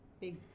big